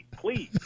please